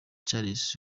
charles